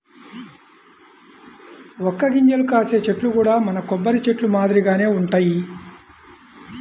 వక్క గింజలు కాసే చెట్లు కూడా మన కొబ్బరి చెట్లు మాదిరిగానే వుంటయ్యి